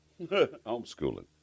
Homeschooling